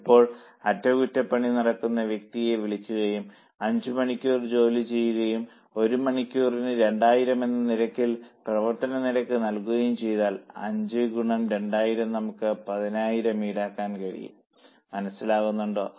ഇപ്പോൾ അറ്റകുറ്റപ്പണി നടത്തുന്ന വ്യക്തിയെ വിളിക്കുകയും 5 മണിക്കൂർ ജോലി ചെയ്യുകയും ഒരു മണിക്കൂറിന് 2000 എന്ന നിരക്കിൽ പ്രവർത്തന നിരക്ക് നൽകുകയും ചെയ്യുമ്പോൾ 5 ഗുണനം 2000 നമുക്ക് 10000 ഈടാക്കാൻ കഴിയും മനസ്സിലാകുന്നുണ്ടോ